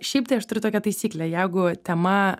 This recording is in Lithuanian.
šiaip tai aš turiu tokią taisyklę jeigu tema